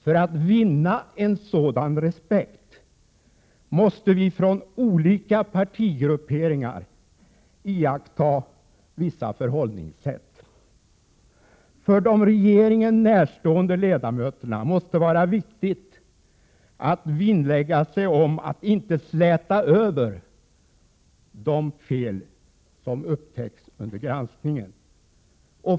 För att vinna en sådan respekt måste vi från olika partigrupperingar iaktta vissa förhållningssätt. För de regeringen närstående ledamöterna måste det vara viktigt att vinnlägga sig om att inte släta över de fel som upptäckts under granskningen.